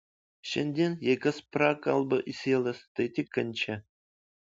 šiandien jei kas prakalba į sielas tai tik kančia